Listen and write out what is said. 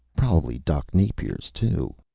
probably doc napier's, too!